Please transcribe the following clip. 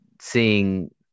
seeing